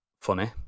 funny